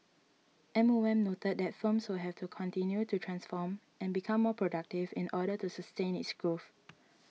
M O M noted that firms will have to continue to transform and become more productive in order to sustain this growth